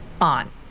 on